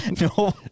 No